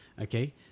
Okay